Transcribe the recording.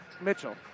Mitchell